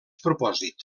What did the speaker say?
propòsit